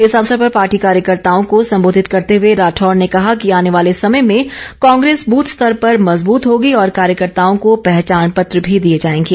इस अवसर पर पार्टी कार्यकर्ताओं को संबोधित करते हुए राठौर ने कहा कि आने वाले समय में कांग्रेस बूथ स्तर पर मजबूत होगी और कार्यकर्ताओं को पहचान पत्र भी दिए जाएंगे